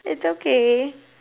it's okay